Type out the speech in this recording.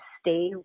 stay